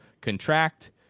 contract